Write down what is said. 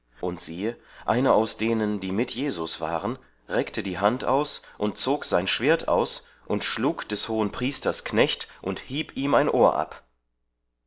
und siehe einer aus denen die mit jesus waren reckte die hand aus und zog sein schwert aus und schlug des hohenpriesters knecht und hieb ihm ein ohr ab